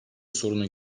sorunu